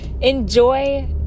enjoy